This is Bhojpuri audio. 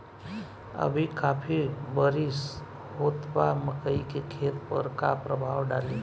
अभी काफी बरिस होत बा मकई के खेत पर का प्रभाव डालि?